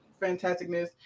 fantasticness